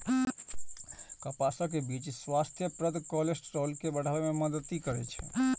कपासक बीच स्वास्थ्यप्रद कोलेस्ट्रॉल के बढ़ाबै मे मदति करै छै